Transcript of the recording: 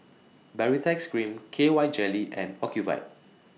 Baritex Cream K Y Jelly and Ocuvite